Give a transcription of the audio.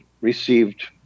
received